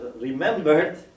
remembered